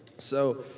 so,